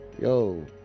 yo